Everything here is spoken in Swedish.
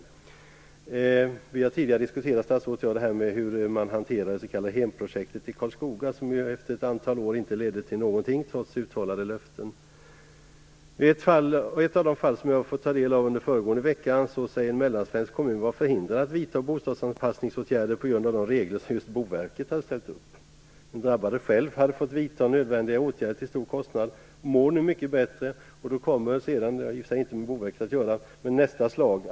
Statsrådet och jag har tidigare diskuterat hur man hanterade det s.k. Hemprojektet i Karlskoga som ju, trots uttalade löften, efter ett antal år inte ledde till någonting. I ett av de fall som jag har fått ta del av under föregående vecka, säger sig en mellansvensk kommun vara förhindrad att vidta bostadsanpassningsåtgärder på grund av de regler som just Boverket har ställt upp. Den drabbade har själv fått vidta nödvändiga åtgärder till stora kostnader, och mår nu mycket bättre. Då kommer nästa slag, som i och för sig inte har något med Boverket att göra.